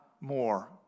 more